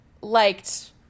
liked